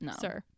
sir